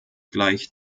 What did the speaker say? gleich